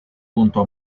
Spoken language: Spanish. junto